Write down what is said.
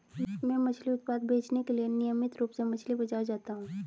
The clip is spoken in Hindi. मैं मछली उत्पाद बेचने के लिए नियमित रूप से मछली बाजार जाता हूं